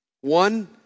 One